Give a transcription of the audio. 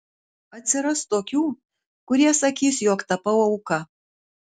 atsiras tokių kurie sakys jog tapau auka